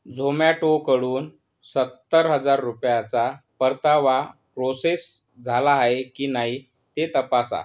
झोमॅटो कडून सत्तर हजार रुपयांचा परतावा प्रोसेस झाला आहे की नाही ते तपासा